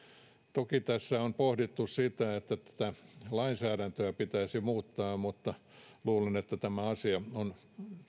toki tässä on pohdittu sitä että tätä lainsäädäntöä pitäisi muuttaa mutta luulen että tämä asia on